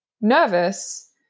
nervous